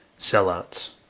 sellouts